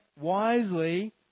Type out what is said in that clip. wisely